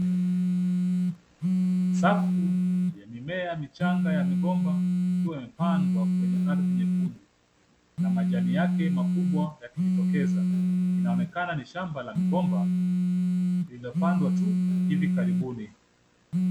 Safu ya mimea michanga ya migomba ikiwa imepandwa kwenye ardhi nyekundu na majani yake makubwa yakijitokeza. Inaonekana ni shamba la migomba lililopandwa tu hivi karibuni.